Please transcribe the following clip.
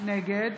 נגד